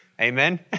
Amen